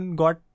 got